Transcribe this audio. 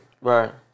Right